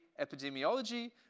epidemiology